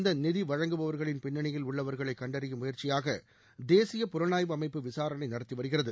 இந்த நிதி வழங்குபவர்களின் பின்னணியில் உள்ளவர்களை கண்டறியும் முயற்சியாக தேசிய புலனாய்வு அமைப்பு விசாரணை நடத்தி வருகிறது